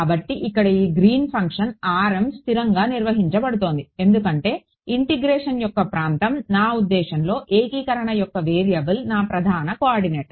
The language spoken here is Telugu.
కాబట్టి ఇక్కడ ఈ గ్రీన్ ఫంక్షన్ స్థిరంగా నిర్వహించబడుతోంది ఎందుకంటే ఇంటిగ్రేషన్ యొక్క ప్రాంతం నా ఉద్దేశ్యంలో ఏకీకరణ యొక్క వేరియబుల్ నా ప్రధాన కోఆర్డినేట్